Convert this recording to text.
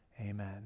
Amen